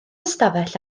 ystafell